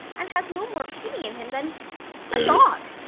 and has no more pity in him than a dog.